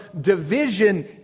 division